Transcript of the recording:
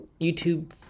YouTube